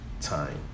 time